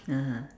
(uh huh)